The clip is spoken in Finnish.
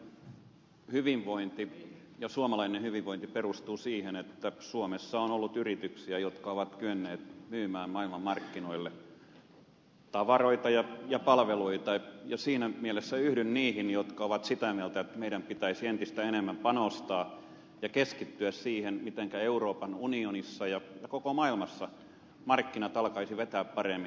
pohjoismainen hyvinvointi ja suomalainen hyvinvointi perustuu siihen että suomessa on ollut yrityksiä jotka ovat kyenneet myymään maailmanmarkkinoille tavaroita ja palveluita ja siinä mielessä yhdyn niihin jotka ovat sitä mieltä että meidän pitäisi entistä enemmän panostaa ja keskittyä siihen mitenkä euroopan unionissa ja koko maailmassa markkinat alkaisivat vetää paremmin